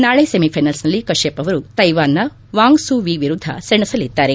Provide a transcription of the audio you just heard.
ನಾಳೆ ಸೆಮಿಫೈನಲ್ಸ್ನಲ್ಲಿ ಕಶ್ಲಪ್ ಅವರು ತೈವಾನ್ನ ವಾಂಗ್ ಸೂ ವಿ ವಿರುದ್ದ ಸೆಣಸಲಿದ್ದಾರೆ